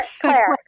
Claire